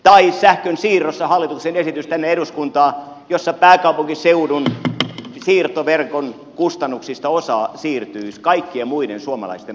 tai sähkön siirrossa hallituksen esityksessä tänne eduskuntaan pääkaupunkiseudun siirtoverkon kustannuksista osa siirtyisi kaikkien muiden suomalaisten maksettavaksi